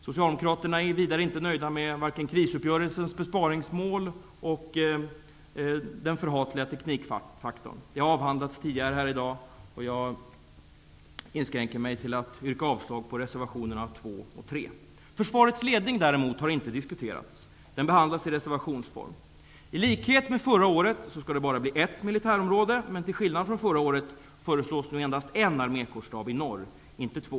Socialdemokraterna är vidare inte nöjda med krisuppgörelsens besparingsmål och den förhatliga teknikfaktorn. Det har avhandlats tidigare här i dag. Jag inskränker mig till att yrka avslag på reservationerna 2 och 3. Försvarets ledning har däremot inte diskuterats. Den behandlas i reservationsform. I likhet med förra året skall det bara bli ett militärområde, men till skillnad mot förra året föreslås nu endast en armékårsstab i norr, inte två.